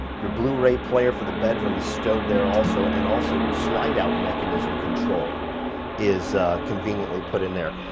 your blu-ray player for the bedroom is stowed there also and also, your slide out mechanism control is conveniently put in there.